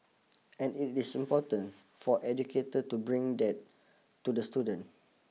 and it is important for educator to bring that to the student